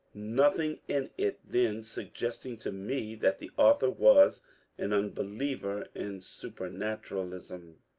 nothing in it then suggesting to me that the author was an unbeliever in supematuralism.